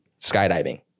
skydiving